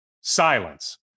Silence